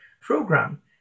program